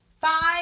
five